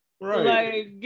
Right